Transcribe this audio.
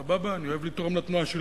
סבבה, אני אוהב לתרום לתנועה שלי.